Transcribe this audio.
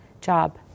job